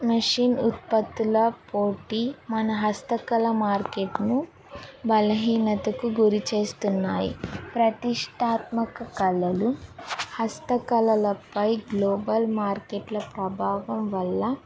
machine ఉత్పత్తుల పోటీ మన హస్తకళ మార్కెట్ను బలహీనతకు గురి చేస్తున్నాయి ప్రతిష్టాత్మక కళలు హస్తకళలపై గ్లోబల్ మార్కెట్ల ప్రభావం వల్ల